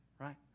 right